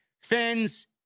Fans